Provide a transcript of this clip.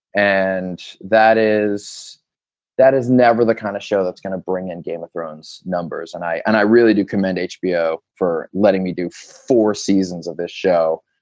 and that is that is never the kind of show that's going to bring in game of thrones numbers. and i and i really do commend hbo for letting me do four seasons of this show,